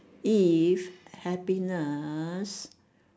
if happiness